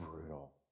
brutal